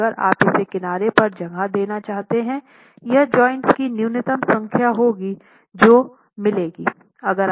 और अगर आप इसे किनारे पर जगह देना चाहते थे यह जॉइंट्स की न्यूनतम संख्या होगी जो मिलेगी